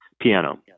piano